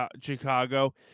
Chicago